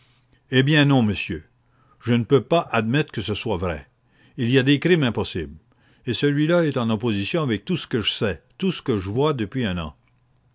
eh bien non monsieur je ne peux croire que ce soit vrai il y a de ces choses impossibles et celle-là est en opposition avec tout ce que je sais tout ce que je vois depuis un an